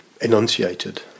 enunciated